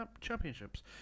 Championships